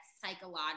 psychological